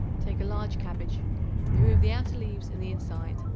take a large cabbage remove the outer leaves and the inside,